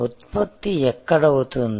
ఉత్పత్తి ఎక్కడ అవుతుంది